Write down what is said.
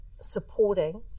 supporting